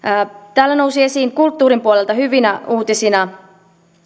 täällä nousi esiin kulttuurin puolelta hyvinä uutisina